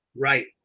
right